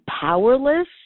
powerless